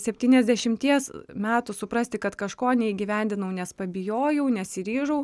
septyniasdešimties metų suprasti kad kažko neįgyvendinau nes pabijojau nesiryžau